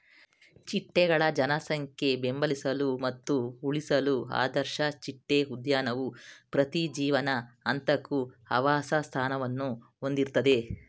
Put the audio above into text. ಚಿಟ್ಟೆಗಳ ಜನಸಂಖ್ಯೆ ಬೆಂಬಲಿಸಲು ಮತ್ತು ಉಳಿಸಲು ಆದರ್ಶ ಚಿಟ್ಟೆ ಉದ್ಯಾನವು ಪ್ರತಿ ಜೀವನ ಹಂತಕ್ಕೂ ಆವಾಸಸ್ಥಾನವನ್ನು ಹೊಂದಿರ್ತದೆ